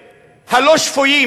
הלא-שפויים,